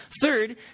Third